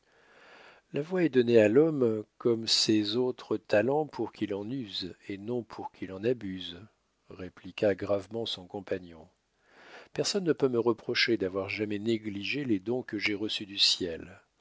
la voix est donnée à l'homme comme ses autres talents pour qu'il en use et non pour qu'il en abuse répliqua gravement son compagnon personne ne peut me reprocher d'avoir jamais négligé les dons que j'ai reçus du ciel